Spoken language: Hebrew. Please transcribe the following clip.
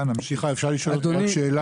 אפשר לשאול שאלה?